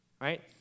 Right